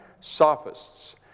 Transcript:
sophists